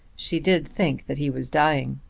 she did think that he was dying.